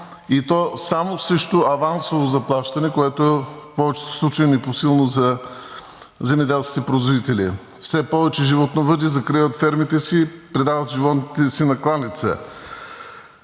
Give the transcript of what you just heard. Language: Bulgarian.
и то само срещу авансово заплащане, което в повечето случаи е непосилно за земеделските производители. Все повече животновъди закриват фермите си и предават животните си на кланица.